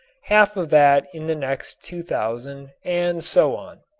half of that in the next two thousand and so on.